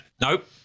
Nope